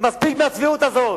מספיק עם הצביעות הזאת.